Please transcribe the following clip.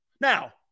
Now